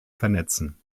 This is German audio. vernetzen